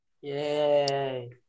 Yay